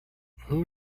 who